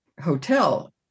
hotel